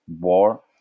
war